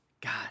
God